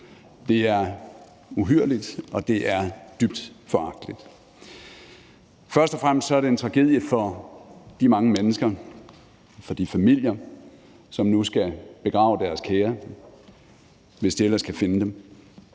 Det er uhyrligt, og det er dybt foragteligt. Først og fremmest er det en tragedie for de mange mennesker, for de familier, som nu skal begrave deres kære, hvis de ellers kan finde dem,